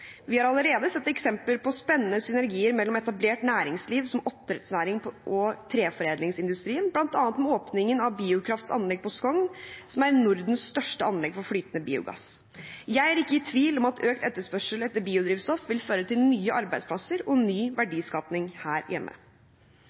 Vi har allerede sett eksempler på spennende synergier mellom etablert næringsliv, som oppdrettsnæring og treforedlingsindustrien, bl.a. med åpningen av Biokrafts anlegg på Skogn, som er Nordens største anlegg for flytende biogass. Jeg er ikke i tvil om at økt etterspørsel etter biodrivstoff vil føre til nye arbeidsplasser og ny verdiskapning her hjemme.